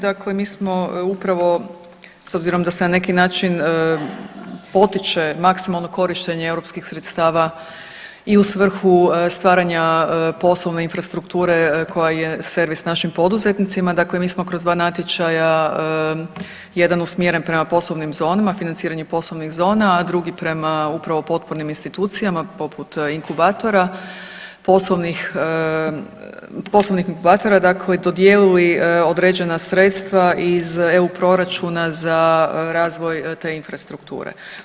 Dakle, mi smo upravo s obzirom da se na neki način potiče maksimalno korištenje europskih sredstava i u svrhu stvaranja poslovne infrastrukture koja je sebe i s našim poduzetnicima, dakle mi smo kroz 2 natječaja jedan usmjeren prema poslovnim zonama, financiranje poslovnih zona, a drugi prema upravo potpornim institucijama poput inkubatora poslovnih, poslovnih inkubatora dakle dodijelili određena sredstva iz EU proračuna za razvoj te infrastrukture.